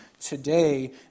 today